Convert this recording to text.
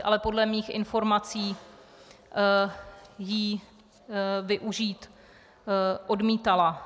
Ale podle mých informací ji využít odmítala.